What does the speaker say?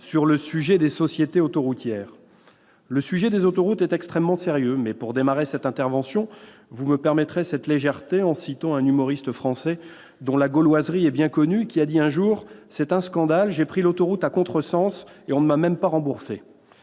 programmée depuis décembre ! Le sujet des autoroutes est extrêmement sérieux, mais, pour démarrer cette intervention, vous me permettrez cette légèreté en citant un humoriste français à la gauloiserie bien connue :« C'est un scandale. J'ai pris l'autoroute à contresens et on ne m'a même pas remboursé.